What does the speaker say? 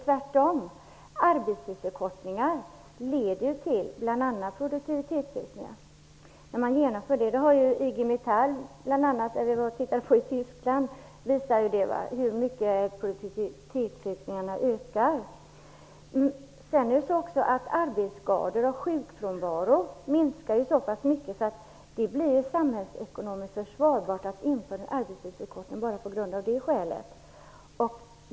Tvärtom leder arbetstidsförkortning till bl.a. produktivitetsökningar. IG-Metall i Tyskland har visat oss det när vi var där. Arbetsskador och sjukfrånvaro minskar så pass mycket vid en arbetstidsförkortning att det blir samhällsekonomiskt försvarbart att införa arbetstidsförkortning bara på grund av detta.